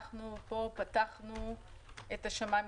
אנחנו פה פתחנו את השמיים,